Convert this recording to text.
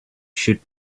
should